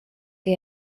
que